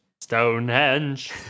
Stonehenge